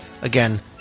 Again